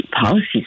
policies